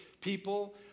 people